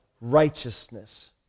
righteousness